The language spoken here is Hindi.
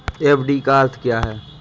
एफ.डी का अर्थ क्या है?